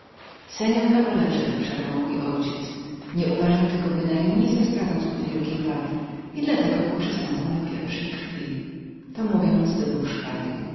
mości panie przerwał mój ojciec nieuważam tego bynajmniej za sprawę zbyt wielkiej wagi i dla tego poprzestanę na pierwszej krwi to mówiąc dobył szpady